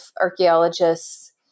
archaeologists